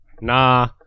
Nah